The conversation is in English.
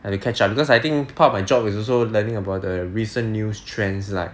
have to catch up because I think part of my job is also learning about the recent news trends like